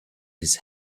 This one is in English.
his